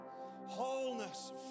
wholeness